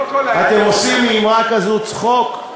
אתם עושים מאמרה כזאת צחוק?